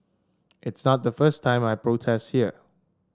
it's not the first time I protest here